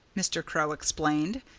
mr. crow explained.